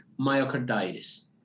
myocarditis